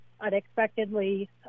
unexpectedly